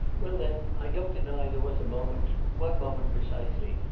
well, then i don't deny there was a moment one moment precisely,